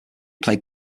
played